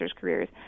careers